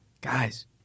guys